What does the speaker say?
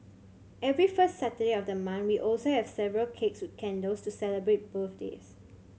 every first Saturday of the month we also have several cakes with candles to celebrate birthdays